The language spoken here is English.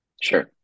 Sure